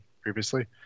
previously